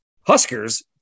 Huskers